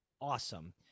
awesome